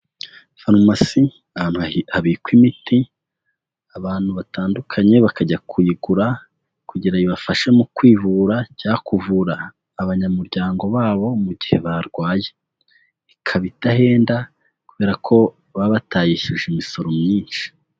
Farumasi ahantu habikwa imiti, abantu batandukanye bakajya kuyigura, kugira ibafashe mu kwivura cya kuvura abanyamuryango babo mu gihe barwaye. Ikaba idahenda kubera ko baba batayishyuje imisoro myinshi.